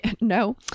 no